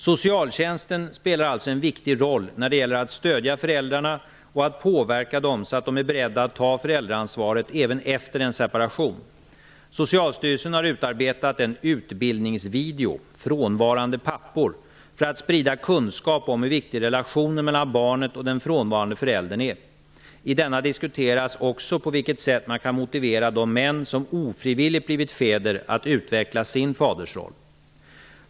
Socialtjänsten spelar alltså en viktig roll när det gäller att stödja föräldrarna och att påverka dem så att de är beredda att ta föräldraansvaret även efter en separation. Socialstyrelsen har utarbetat en utbildningsvideo, ''Frånvarande pappor'', för att sprida kunskap om hur viktig relationen mellan barnet och den frånvarande föräldern är. I denna diskuteras också på vilket sätt man kan motivera de män som ofrivilligt blivit fäder att utveckla sin fadersroll.